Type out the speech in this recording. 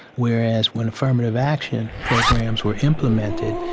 whereas when affirmative action programs were implemented,